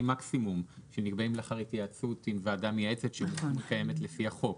מקסימום שנקבעים לאחר התייעצות עם ועדה מייעצת שקיימת לפי החוק.